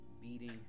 beating